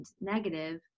negative